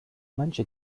manche